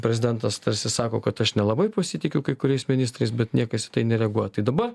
prezidentas tarsi sako kad aš nelabai pasitikiu kai kuriais ministrais bet niekas nereaguoja tai dabar